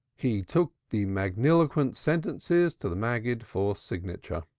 he took the magniloquent sentences to the maggid for signature.